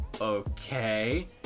okay